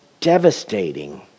devastating